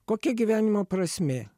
kokia gyvenimo prasmė